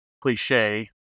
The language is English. cliche